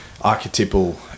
archetypal